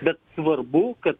bet svarbu kad